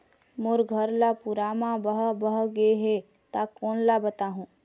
मोर घर हा पूरा मा बह बह गे हे हे ता कोन ला बताहुं?